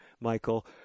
Michael